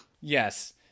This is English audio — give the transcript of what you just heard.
Yes